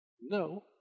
No